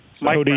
Mike